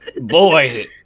boy